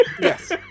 yes